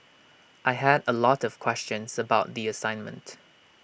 I had A lot of questions about the assignment